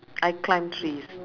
I climb trees